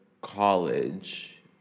college